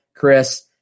Chris